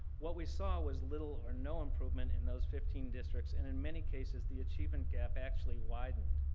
what we saw was little or no improvement in those fifteen districts and in many cases, the achievement gap actually widened.